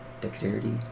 dexterity